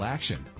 Action